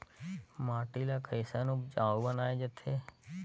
माटी ला कैसन उपजाऊ बनाय जाथे?